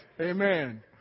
Amen